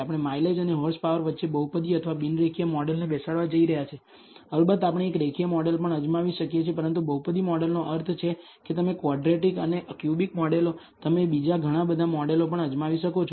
આપણે માઇલેજ અને હોર્સપાવર વચ્ચે બહુપદી અથવા બિન રેખીય મોડેલને બેસાડવા જઈ રહ્યા છીએ અલબત્ત આપણે એક રેખીય મોડેલ પણ અજમાવી શકીએ છીએ પરંતુ બહુપદી મોડેલનો અર્થ છે કે તમે ક્વોડ્રેટિક અને ક્યુબિક મોડેલો તમે બીજા ઘણા બધા મોડેલો પણ અજમાવી શકો છો